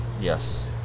Yes